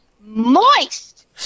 moist